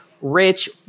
rich